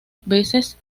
veces